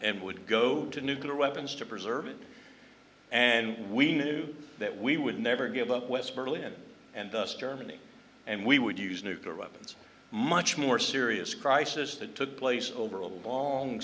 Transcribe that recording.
and would go to nuclear weapons to preserve it and we knew that we would never give up west berlin and thus germany and we would use nuclear weapons much more serious crisis that took place over a long